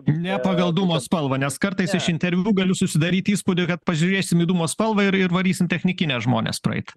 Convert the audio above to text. ne pagal dūmo spalvą nes kartais iš interviu galiu susidaryt įspūdį kad pažiūrėsim į dūmo spalvą ir ir varysim technikinę žmones praeit